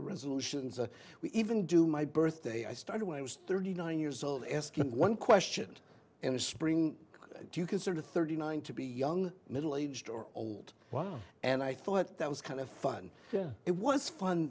resolutions and we even do my birthday i started when i was thirty nine years old asking one question in the spring do you consider thirty nine to be young middle aged or old and i thought that was kind of fun it was fun